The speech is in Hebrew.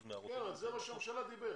מהרופאים --- זה מה שראש הממשלה אמר,